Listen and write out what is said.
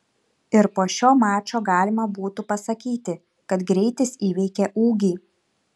ir po šio mačo galima būtų pasakyti kad greitis įveikė ūgį